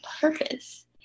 purpose